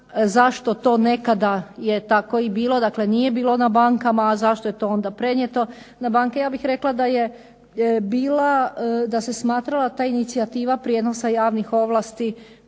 zašto to nekada je tako i bilo, dakle nije bilo na bankama, a zašto je onda to prenijeto na banke. Ja bih rekla da je bila, da se smatrala ta inicijativa prijenosa javnih ovlasti